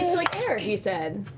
like air, he said.